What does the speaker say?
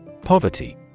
Poverty